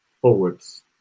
forwards